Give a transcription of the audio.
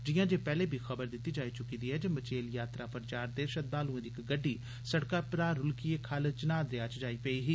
जिआं जे पैह्लेबी खबर दित्ती जाई चुकी दी ऐ जे मचेल यात्रा पर जा'रदे श्रद्धालुएं दी इक गड्डी सड़कै परां रूलकियै खल्ल चनाहदेरयाच जाई पेई ही